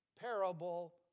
parable